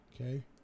okay